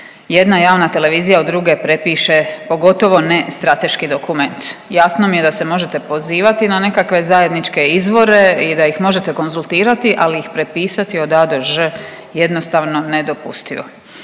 jedna javna televizija od druge prepiše pogotovo ne strateški dokument. Jasno mi je da se možete pozivati na nekakve zajedničke izvore i da ih možete konzultirati, ali ih prepisati od A do Ž je jednostavno nedopustivo.